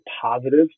positive